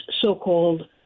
so-called